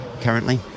currently